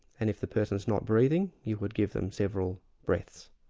and if the person's not breathing, you would give them several breaths.